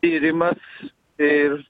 tyrimas ir